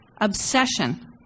obsession